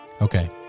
Okay